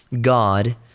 God